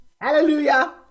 Hallelujah